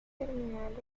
terminales